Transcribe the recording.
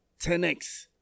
10x